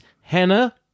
Hannah